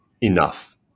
enough